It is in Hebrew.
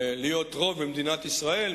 להיות רוב במדינת ישראל,